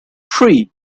three